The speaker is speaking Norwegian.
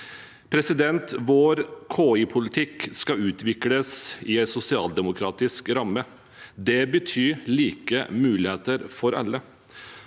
oss. Vår KI-politikk skal utvikles i en sosialdemokratisk ramme. Det betyr like muligheter for alle.